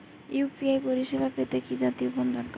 UPI পরিসেবা পেতে কি জাতীয় ফোন দরকার?